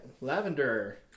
Lavender